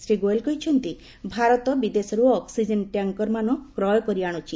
ଶ୍ରୀ ଗୋଏଲ କହିଛନ୍ତି ଭାରତ ବିଦେଶରୁ oxygen tanker ମାନ କ୍ରୟ କରି ଆଣୁଛି